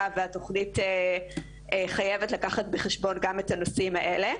והתוכנית חייבת לקחת בחשבון גם את הנושאים האלה.